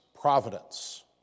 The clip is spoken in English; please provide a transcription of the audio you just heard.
providence